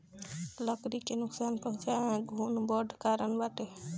लकड़ी के नुकसान पहुंचावे में घुन बड़ कारण बाटे